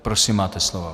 Prosím, máte slovo.